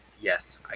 Yes